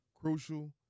crucial